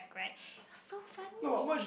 right so funny